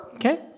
Okay